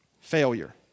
Failure